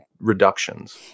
reductions